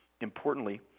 Importantly